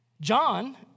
John